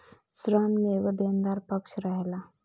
ऋण में एगो देनदार पक्ष रहेलन